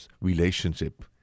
relationship